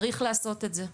צריך לעשות את זה.